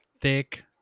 thick